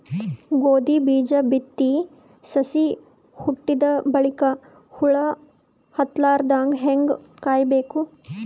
ಗೋಧಿ ಬೀಜ ಬಿತ್ತಿ ಸಸಿ ಹುಟ್ಟಿದ ಬಲಿಕ ಹುಳ ಹತ್ತಲಾರದಂಗ ಹೇಂಗ ಕಾಯಬೇಕು?